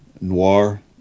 Noir